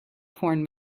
porn